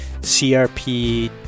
CRP